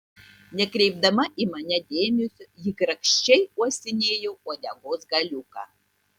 nekreipdama į mane dėmesio ji grakščiai uostinėjo uodegos galiuką